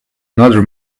another